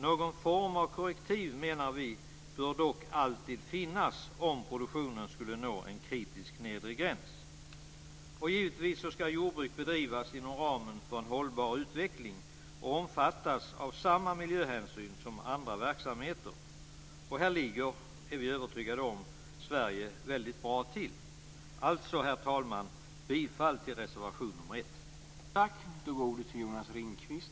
Någon form av korrektiv bör dock alltid finnas om produktionen skulle nå en kritisk nedre gräns. Givetvis ska jordbruk bedrivas inom ramen för en hållbar utveckling och omfattas av samma miljöhänsyn som andra verksamheter. Här ligger Sverige, är vi övertygade om, väldigt bra till. Alltså, herr talman, yrkar jag bifall till reservation nr 1.